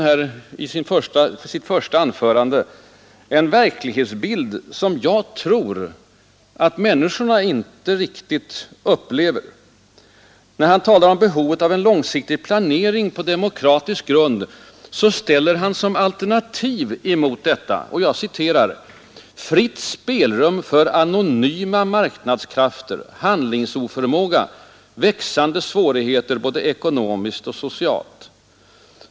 Han tecknade däri en verklighetsbild som jag tror att människorna inte upplever. När han talade om behovet av en långsiktig planering på demokratisk grund ställde han som alternativ till detta upp: fritt spelrum för anonyma marknadskrafter, handlingsoförmåga och växande svårigheter både ekonomiskt och socialt.